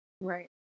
Right